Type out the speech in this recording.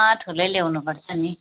ठुलो ल्याउनु पर्छ नि